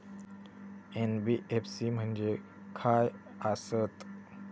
NBFC म्हणजे खाय आसत?